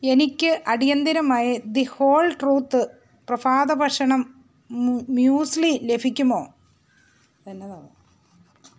എനിക്ക് അടിയന്തിരമായി the whole truth പ്രഭാത ഭക്ഷണം മ്യു മ്യൂസ്ലി ലഭിക്കുമോ എന്നതാണോ